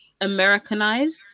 Americanized